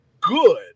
good